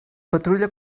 patrulla